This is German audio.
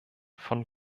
von